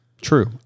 True